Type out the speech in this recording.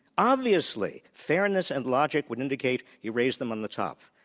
obviously fairness and logic would indicate you raise them on the top.